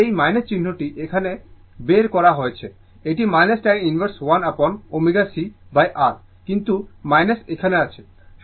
সুতরাং এই চিহ্নটি এখানে বের করা হয়েছে এটি tan inverse 1 upon ω c R কিন্তু এখানে আছে